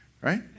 Right